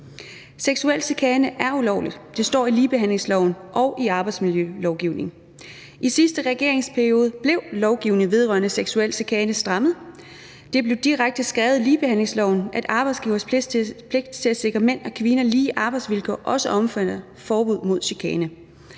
Seksuel chikane er ulovligt. Det står i ligebehandlingsloven og i arbejdsmiljølovgivningen. I sidste regeringsperiode blev lovgivningen vedrørende seksuel chikane strammet. Det blev direkte skrevet i ligebehandlingsloven, at arbejdsgivers pligt til at sikre mænd og kvinder lige arbejdsvilkår også omfatter forbud mod chikane.